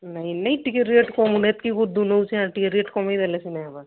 ନାଇଁ ନାଇଁ ଟିକେ ରେଟ୍ କମୁନେ ଏତ୍କି ବହୁତ୍ ଦୁଲଉଛେଁ ଟିକେ ରେଟ୍ କମେଇ ଦେଲେ ସିନା ହେବା